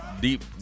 deep